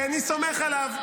כי אני סומך עליו,